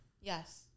Yes